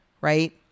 right